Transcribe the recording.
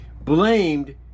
blamed